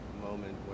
moment